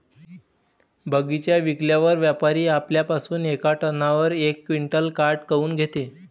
बगीचा विकल्यावर व्यापारी आपल्या पासुन येका टनावर यक क्विंटल काट काऊन घेते?